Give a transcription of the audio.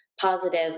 positive